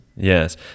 Yes